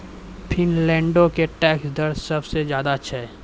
फिनलैंडो के टैक्स दर सभ से ज्यादे छै